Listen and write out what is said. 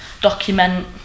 document